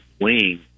wing